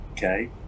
Okay